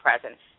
presence